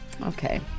Okay